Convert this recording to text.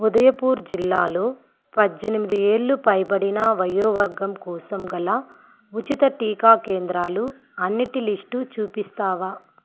ఉదయిపూర్ జిల్లాలో పధ్ధెనిమిది ఏళ్ళు పైబడిన వయోవర్గం కోసం గల ఉచిత టీకా కేంద్రాలు అన్నటి లిస్టు చూపిస్తావా